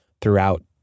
throughout